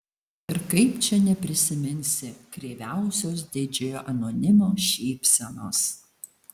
ir kaip čia neprisiminsi kreiviausios didžiojo anonimo šypsenos